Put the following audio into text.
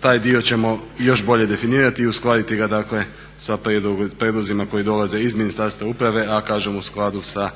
taj dio ćemo još bolje definirati i uskladiti ga dakle sa prijedlozima koji dolaze iz Ministarstva uprave, a kažem u skladu sa